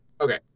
okay